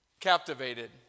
Captivated